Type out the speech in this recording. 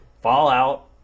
Fallout